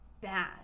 bad